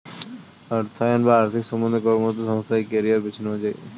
অর্থায়ন বা আর্থিক সম্বন্ধে কর্মরত সংস্থায় কেরিয়ার বেছে নেওয়া যায়